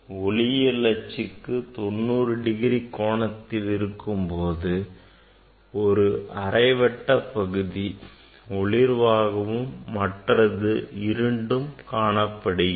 ஒளியியல் அச்சுக்கு 90 டிகிரி கோணத்தில் இருக்கும் போது ஒரு அரை வட்ட பகுதி ஒளிர்வாகவும் மற்றது இருண்டும் காணப்படுகிறது